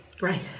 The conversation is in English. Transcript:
Right